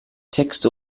texte